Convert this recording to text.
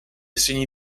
segni